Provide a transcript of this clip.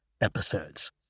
episodes